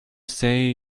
say